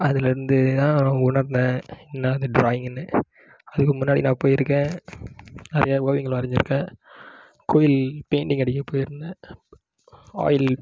அதில் இருந்துதான் நான் உணர்ந்தேன் என்ன அது ட்ராயிங்னு அதுக்கு முன்னாடி நான் போயிருக்கேன் நிறையா ஓவியங்கள் வரைஞ்சிருக்கேன் கோயில் பெயிண்டிங் அடிக்கப் போயிருந்தேன் ஆயில்